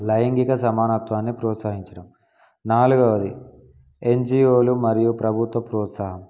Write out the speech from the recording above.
లైంగిక సమానత్వాన్ని ప్రోత్సహించడం నాలుగవది ఎన్జిఓలు మరియు ప్రభుత్వ ప్రోత్సాహం